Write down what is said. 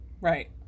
Right